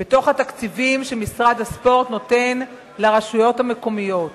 בתקציבים שמשרד הספורט נותן לרשויות המקומיות.